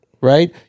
right